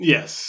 Yes